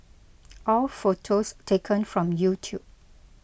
all photos taken from YouTube